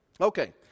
Okay